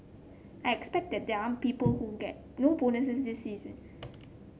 I expect that there are people who get no bonus this season